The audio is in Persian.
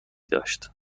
داشت